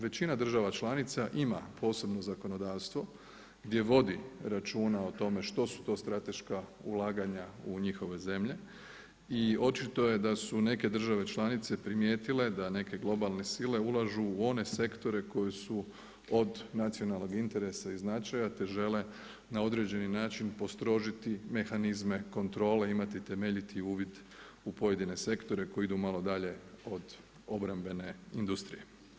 Većina država članica ima posebno zakonodavstvo gdje vodi računa o tome što su to strateška ulaganja u njihove zemlje i očito je da su neke države članice primijetile da neke globalne sile ulažu u one sektore koji su od nacionalnog interesa i značaja te žele na određeni način postrožiti mehanizme kontrole, imati temeljiti uvid u pojedine sektore koji idu malo dalje od obrambene industrije.